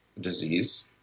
disease